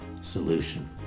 solution